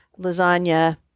lasagna